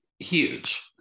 Huge